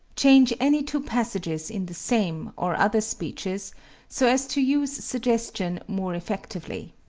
change any two passages in the same, or other, speeches so as to use suggestion more effectively.